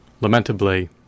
Lamentably